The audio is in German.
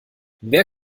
wer